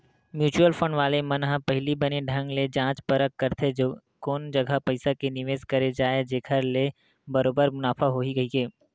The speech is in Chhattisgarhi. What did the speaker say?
म्युचुअल फंड वाले मन ह पहिली बने ढंग ले जाँच परख करथे कोन जघा पइसा के निवेस करे जाय जेखर ले बरोबर मुनाफा होही कहिके